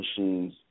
machines